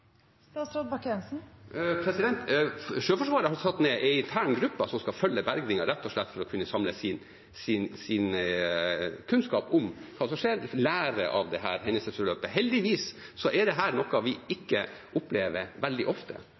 Sjøforsvaret har satt ned en intern gruppe som skal følge bergingen, rett og slett for å kunne samle sin kunnskap om hva som skjedde, og lære av dette hendelsesforløpet. Heldigvis er dette noe vi ikke opplever veldig ofte,